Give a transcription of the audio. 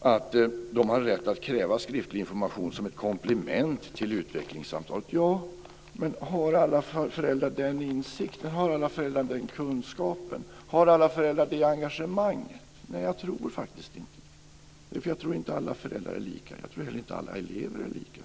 att de har rätt att kräva skriftlig information som ett komplement till utvecklingssamtalen. Ja, men har alla föräldrar den insikten, den kunskapen och det engagemanget? Nej, jag tror faktiskt inte det. Jag tror nämligen inte att alla föräldrar är lika, och jag tror inte heller att alla elever är lika.